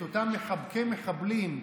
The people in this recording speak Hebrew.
את אותם מחבקי מחבלים,